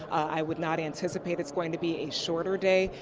i would not anticipate it is going to be a shorter day,